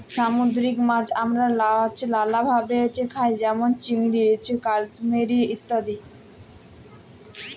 সামুদ্দিরিক মাছ আমরা লালাভাবে খাই যেমল চিংড়ি, কালিমারি ইত্যাদি